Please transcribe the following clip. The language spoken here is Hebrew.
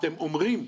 אתם אומרים,